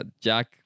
Jack